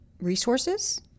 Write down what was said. resources